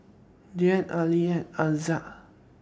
Dian Aqil and Aizat